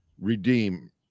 redeem